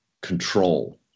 control